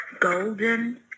Golden